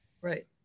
Right